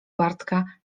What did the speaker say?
bartka